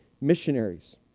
missionaries